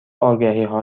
آگهیها